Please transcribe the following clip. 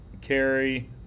carry